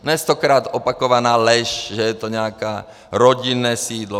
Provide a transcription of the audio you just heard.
Dnes stokrát opakovaná lež, že je to nějaké rodinné sídlo.